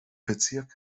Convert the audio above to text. bezirk